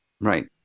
Right